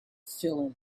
feeling